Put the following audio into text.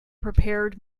prepared